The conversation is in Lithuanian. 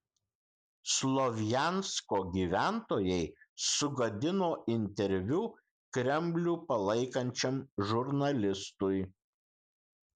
slovjansko gyventojai sugadino interviu kremlių palaikančiam žurnalistui